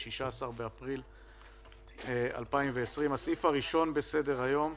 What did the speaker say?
16 באפריל 2020. הסעיף הראשון בסדר היום: